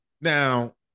Now